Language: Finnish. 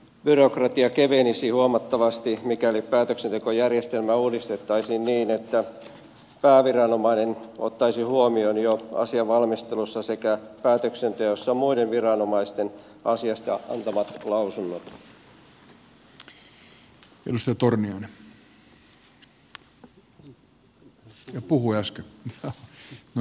byrokratia kevenisi huomattavasti mikäli päätöksentekojärjestelmä uudistettaisiin niin että pääviranomainen ottaisi huomioon jo asian valmistelussa sekä päätöksenteossa muiden viranomaisten asiasta antamat lausunnot